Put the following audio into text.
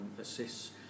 assists